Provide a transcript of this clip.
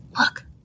look